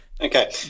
Okay